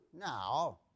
now